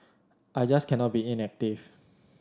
I just cannot be inactive